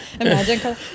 Imagine